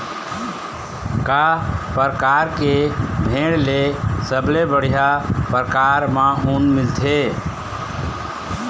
का परकार के भेड़ ले सबले बढ़िया परकार म ऊन मिलथे?